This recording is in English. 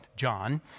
John